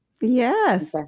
Yes